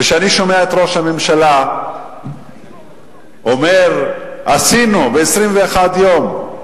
וכשאני שומע את ראש הממשלה אומר: עשינו ב-21 יום,